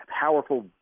powerful